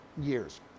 years